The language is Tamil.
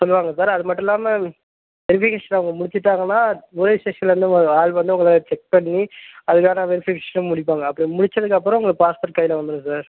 சொல்லுவாங்க சார் அது மட்டும் இல்லாமல் வெரிஃபிகேஷன் அவங்க முடிச்சுட்டாங்கன்னா போலீஸ் ஸ்டேஷன்லிருந்து ஒரு ஆள் வந்து உங்களை செக் பண்ணி அதுக்கான வெரிஃபிகேஷன் முடிப்பாங்க அப்படி முடிச்சதுக்கப்புறம் உங்களுக்கு பாஸ்போர்ட் கையில் வந்துவிடும் சார்